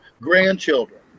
grandchildren